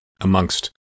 amongst